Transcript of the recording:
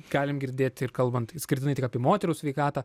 galim girdėti ir kalbant išskirtinai tik apie moterų sveikatą